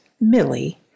Millie